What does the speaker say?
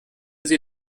sie